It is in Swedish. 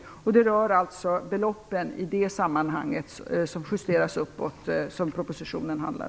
Propositionen handlar alltså om beloppen, som justeras uppåt i det sammanhanget.